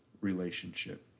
relationship